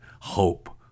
Hope